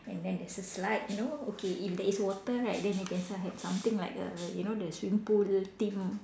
and then there's a slide you know okay if there is water right then they can still have something like a you know the swimming pool theme